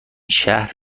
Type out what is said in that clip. شهر